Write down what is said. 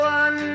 one